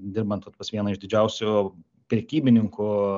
dirbant vat pas vieną iš didžiausių prekybininkų